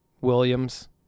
Williams